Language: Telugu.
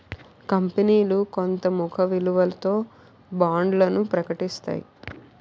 కంపనీలు కొంత ముఖ విలువతో బాండ్లను ప్రకటిస్తాయి